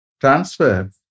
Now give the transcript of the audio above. transfer